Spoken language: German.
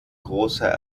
großer